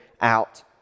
out